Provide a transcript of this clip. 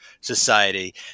society